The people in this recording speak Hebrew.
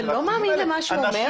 אתה לא מאמין למה שהוא אומר?